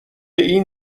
این